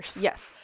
Yes